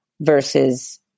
versus